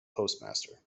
postmaster